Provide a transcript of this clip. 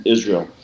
Israel